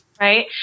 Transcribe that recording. right